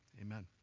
amen